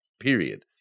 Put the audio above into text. period